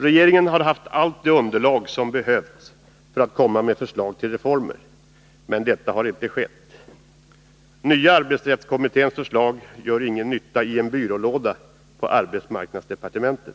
Regeringen har haft allt det underlag som behövs för att komma med förslag till reformer, men detta har inte skett. Nya arbetsrättskommitténs förslag gör ingen nytta i en byrålåda på arbetsmarknadsdepartementet.